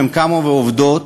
קמו ועובדות?